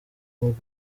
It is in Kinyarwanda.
mobile